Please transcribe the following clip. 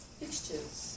fixtures